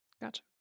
gotcha